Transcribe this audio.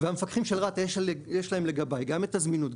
והמפקחים של רת"א יש להם לגביי גם זמינות,